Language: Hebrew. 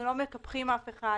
אנחנו לא מקפחים אף אחד.